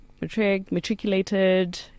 matriculated